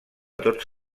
tots